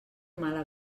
mala